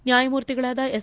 ನ್ನಾಯಮೂರ್ತಿಗಳಾದ S